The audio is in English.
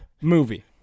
movie